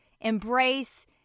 embrace